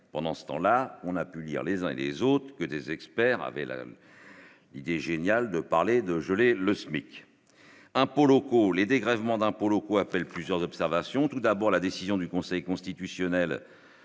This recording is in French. pendant ce temps là, on a pu lire les uns et les autres que des experts avaient là. L'idée géniale de parler de geler le SMIC, impôts locaux, les dégrèvements d'impôts locaux appellent plusieurs observations : tout d'abord, la décision du Conseil constitutionnel